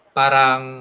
parang